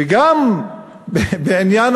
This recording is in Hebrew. וגם בעניין